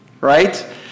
right